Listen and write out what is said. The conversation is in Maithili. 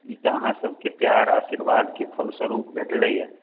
ई तऽ अहाँ सबके प्यार आशीर्वाद के फलस्वरूप भेटलैए